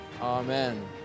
Amen